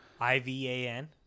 I-V-A-N